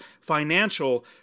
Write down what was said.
financial